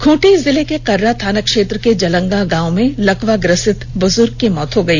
खूंटी जिले के कर्रा थाना क्षेत्र के जलंगा गांव में लकवा ग्रसित बुजुर्ग की मौत हो गई